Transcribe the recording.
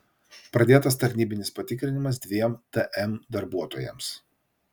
pradėtas tarnybinis patikrinimas dviem tm darbuotojams